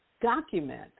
document